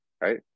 right